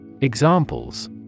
Examples